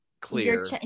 clear